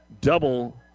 double